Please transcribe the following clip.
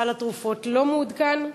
סל התרופות לא מעודכן.